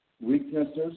weaknesses